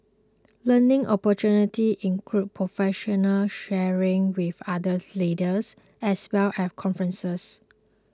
learning opportunities include professional sharing with other leaders as well as conferences